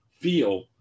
feel